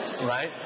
right